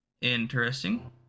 Interesting